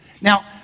Now